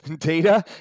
Data